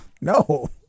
No